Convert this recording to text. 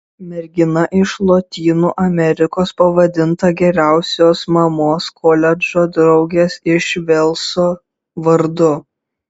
mergina iš lotynų amerikos pavadinta geriausios mamos koledžo draugės iš velso vardu